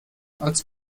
als